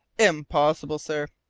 impossible, sir!